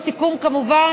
כמובן,